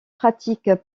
pratiques